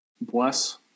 Bless